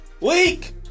week